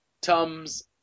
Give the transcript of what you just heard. Tums